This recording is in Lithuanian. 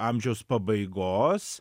amžiaus pabaigos